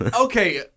Okay